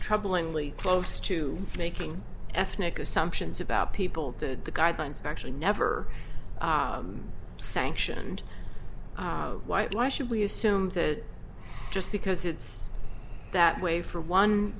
troubling really close to making ethnic assumptions about people to the guidelines actually never sanctioned white why should we assume that just because it's that way for one